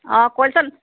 অঁ কইল চইল